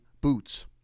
boots